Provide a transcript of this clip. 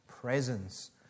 presence